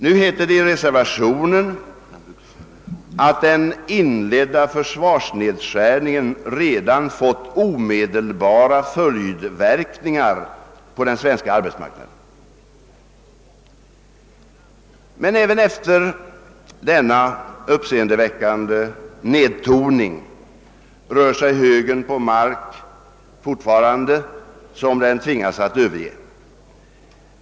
Nu heter det i den förut nämnda högerreservationen: »Den inledda försvarsnedskärningen har redan fått omedelbara följdverkningar på den svenska arbetsmarknaden.» Men även efter denna uppseendeväckande nedtoning rör sig högern fortfarande på mark som den tvingas att överge.